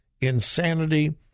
insanity